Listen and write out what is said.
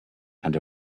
and